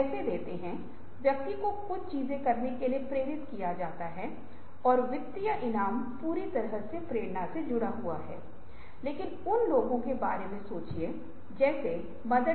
रचनात्मकता विघटनकारी और प्रतिशोधात्मक है जैसा कि आपने पहले उल्लेख किया था रचनात्मकता के बिना फर्म की स्थिरता और लाभप्रदता पर सवाल उठाया जाएगा